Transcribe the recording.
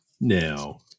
Now